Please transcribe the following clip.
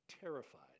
terrified